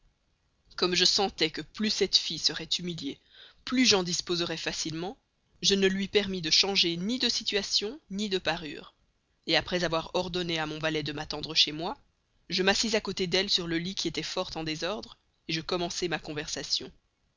comme je sentais que plus cette fille serait humiliée plus j'en disposerais facilement je ne lui permis de changer ni de situation ni de parure après avoir ordonné à mon valet de m'attendre chez moi je m'assis à côté d'elle sur le lit qui était fort en désordre je commençai ma conversation